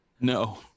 No